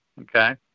Okay